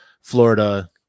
Florida